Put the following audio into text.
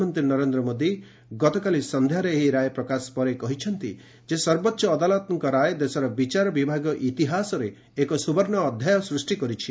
ପ୍ରଧାନମନ୍ତ୍ରୀ ନରେନ୍ଦ୍ର ମୋଦି ଗତକାଲି ସନ୍ଧ୍ୟାରେ ଏହି ରାୟ ପ୍ରକାଶ ପରେ କହିଛନ୍ତି ଯେ ସର୍ବୋଚ୍ଚ ଅଦାଲତଙ୍କ ରାୟ ଦେଶର ବିଚାର ବିଭାଗୀୟ ଇତିହାସରେ ଏକ ସୁବର୍ଣ୍ଣ ଅଧ୍ୟାୟ ସୃଷ୍ଟି କରିଛି